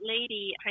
lady